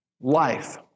life